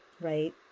right